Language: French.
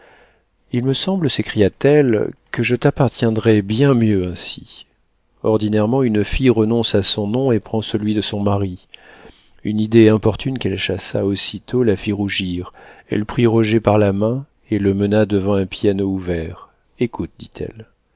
il me semble s'écria-t-elle que je t'appartiendrai bien mieux ainsi ordinairement une fille renonce à son nom et prend celui de son mari une idée importune qu'elle chassa aussitôt la fit rougir elle prit roger par la main et le mena devant un piano ouvert écoute dit-elle